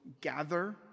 gather